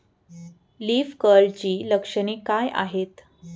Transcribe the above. Leaf कर्लची लक्षणे काय आहेत?